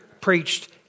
preached